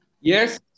Yes